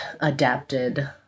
adapted